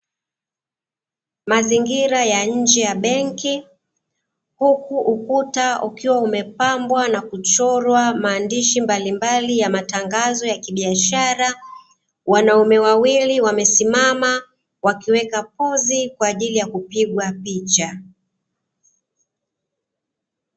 Mazingira ya nje ya benki, huku ukuta ukiwa umepambwa na kuchorwa maandishi mbalimbali ya matangazo ya kibiashara, wanaume wawili wamesimama wakiweka pozi kwa ajili ya kupigwa picha.